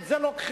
את זה לוקחים.